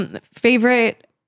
Favorite